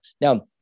Now